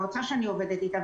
המועצה שאני עובדת אתה,